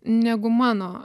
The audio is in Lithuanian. negu mano